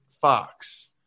Fox